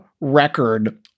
record